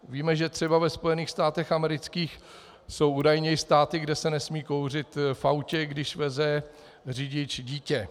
Víme třeba, že ve Spojených státech amerických jsou údajně i státy, kde se nesmí kouřit v autě, když veze řidič dítě.